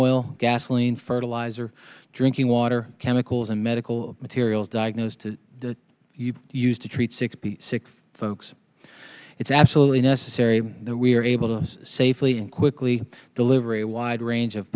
oil gasoline fertilizer drinking water chemicals and medical materials diagnose to used to treat sixty six folks it's absolutely necessary that we are able to safely and quickly deliver a wide range of